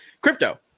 crypto